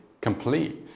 complete